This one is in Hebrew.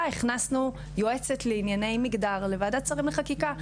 הכנסנו יועצת לענייני מגדר לוועדת שרים לחקיקה,